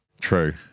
True